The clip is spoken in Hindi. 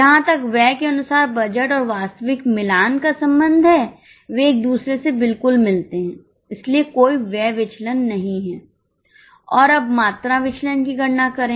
जहां तक व्यय के अनुसार बजट और वास्तविक मिलान का संबंध है वे एक दूसरे से बिल्कुल मिलते हैं इसलिए कोई व्यय विचलन नहीं है और अब मात्रा विचलन की गणना करें